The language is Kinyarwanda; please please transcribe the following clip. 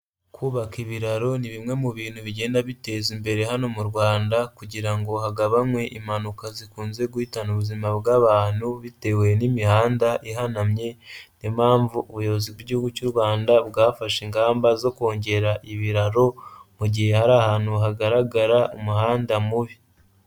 Kubaka ibiraro ni bimwe mu bintu bigenda biteza imbere hano mu Rwanda kugira ngo hagabanwe impanuka zikunze guhitana ubuzima bw'abantu, bitewe n'imihanda ihanamye, niyo mpamvu ubuyobozi bw'Igihugu cy'u Rwanda bwafashe ingamba zo kongera ibiraro mu gihe hari ahantu hagaragara umuhanda mubi.